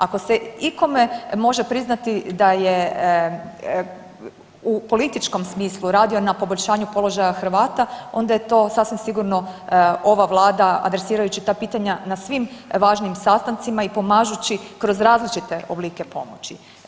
Ako se ikome može priznati da je u političkom smislu radio na poboljšanju položaja Hrvata, onda je to sasvim sigurno ova Vlada adresirajući ta pitanja na svim važnim sastancima i pomažući kroz različite oblike pomoći.